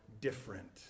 different